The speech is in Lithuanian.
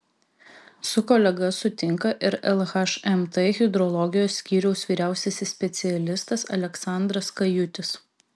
su kolega sutinka ir lhmt hidrologijos skyriaus vyriausiasis specialistas aleksandras kajutis